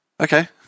okay